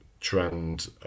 trend